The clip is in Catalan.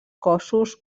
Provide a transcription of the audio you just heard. cossos